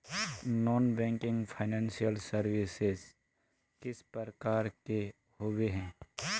Non banking financial services किस प्रकार के होबे है?